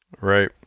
Right